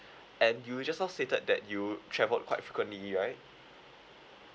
and you just now stated that you travelled quite frequently right